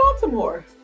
Baltimore